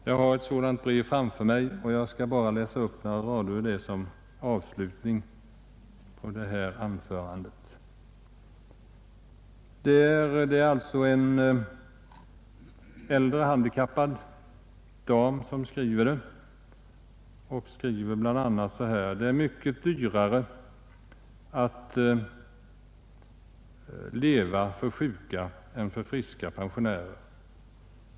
Jag har ett sådant brev framför mig och jag skall läsa upp några rader ur det som avslutning på detta anförande. Brevet kommer från en äldre handikappad dam som bl.a. skriver: ”Det är dyrare att leva för sjuka än för friska pensionärer.